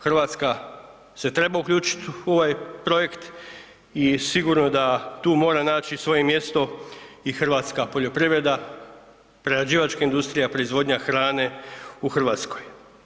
Hrvatska se treba uključiti u ovaj projekt i sigurno da tu mora naći svoje mjesto i hrvatska poljoprivreda, prerađivačka industrija, proizvodnja hrane u Hrvatskoj.